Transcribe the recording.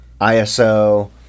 iso